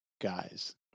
guys